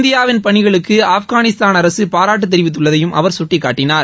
இந்தியாவின் பணிகளுக்கு ஆப்கானிஸ்தான் அரசு பாராட்டுத் தெரிவித்துள்ளதையும் அவர் சுட்டிக்காட்டினார்